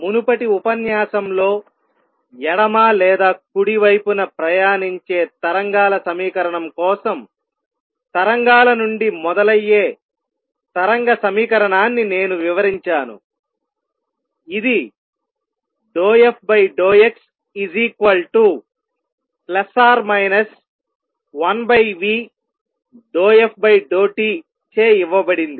మునుపటి ఉపన్యాసంలో ఎడమ లేదా కుడి వైపున ప్రయాణించే తరంగాల సమీకరణం కోసం తరంగాల నుండి మొదలయ్యే తరంగ సమీకరణాన్ని నేను వివరించాను ఇది ∂f∂x±1v∂f∂t చే ఇవ్వబడింది